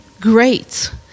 great